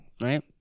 right